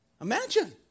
Imagine